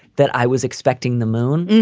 that i was expecting the moon.